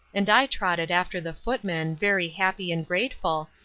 and i trotted after the footman, very happy and grateful,